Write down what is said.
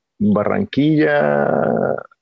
Barranquilla